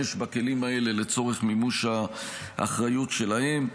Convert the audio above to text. בכלים האלה לצורך מימוש האחריות שלהם.